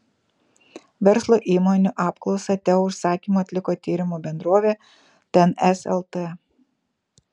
verslo įmonių apklausą teo užsakymu atliko tyrimų bendrovė tns lt